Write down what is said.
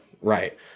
Right